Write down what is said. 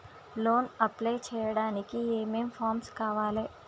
Loan apply చేయడానికి ఏం ఏం ఫామ్స్ కావాలే?